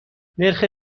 نرخ